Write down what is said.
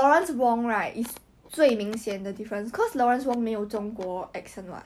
是